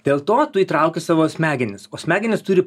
dėl to tu įtrauki savo smegenis o smegenys turi